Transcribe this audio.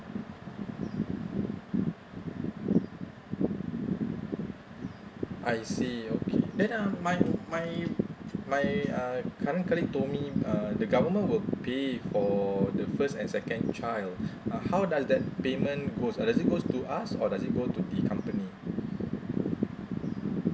I see okay then um my my my uh current colleague told me uh the government will pay for the first and second child uh how does that payment goes uh does it goes to us or does it goes to the company